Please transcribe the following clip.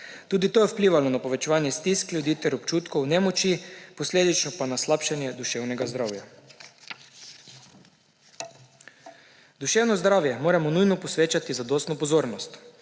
Tudi to je vplivalo na povečevanje stisk ljudi ter občutkov nemoči, posledično pa na slabšanje duševnega zdravja. Duševnemu zdravju moramo nujno posvečati zadostno pozornost,